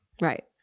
right